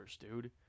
dude